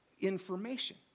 information